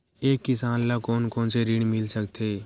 एक किसान ल कोन कोन से ऋण मिल सकथे?